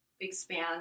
expand